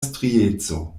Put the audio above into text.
strieco